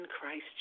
Christ